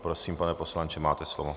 Prosím, pane poslanče, máte slovo.